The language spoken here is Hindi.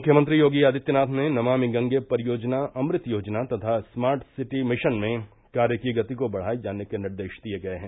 मुख्यमंत्री योगी आदित्यनाथ ने नमामि गंगे परियोजना अमृत योजना तथा स्मार्ट सिटी मिशन में कार्य की गति को बढ़ाये जाने के निर्देश दिये गये हैं